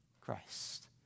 Christ